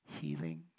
healing